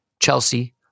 Chelsea